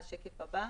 שקף הבא,